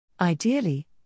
Ideally